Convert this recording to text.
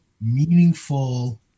meaningful